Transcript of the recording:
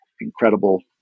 incredible